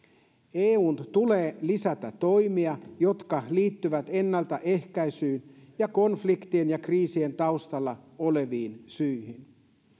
eun tulee lisätä toimia jotka liittyvät ennaltaehkäisyyn ja konfliktien ja kriisien taustalla oleviin syihin